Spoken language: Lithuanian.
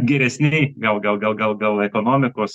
geresnėj gal gal gal gal gal ekonomikos